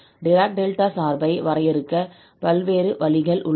track delta சார்பை வரையறுக்க பல்வேறு வழிகள் உள்ளன